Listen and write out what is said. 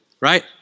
Right